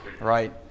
right